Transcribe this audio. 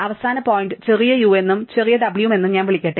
അവസാന പോയിന്റ് ചെറിയ u എന്നും ചെറിയ w എന്നും ഞാൻ വിളിക്കട്ടെ